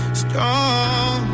strong